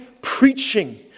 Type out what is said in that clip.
preaching